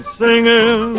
singing